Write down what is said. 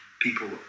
People